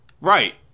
Right